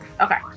Okay